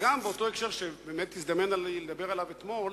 ובאותו הקשר, שהזדמן לי לדבר עליו אתמול,